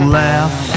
laugh